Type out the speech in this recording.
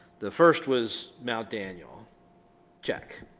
the first was mt. daniel check